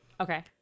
Okay